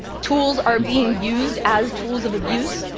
tools are being used as tools of abuse?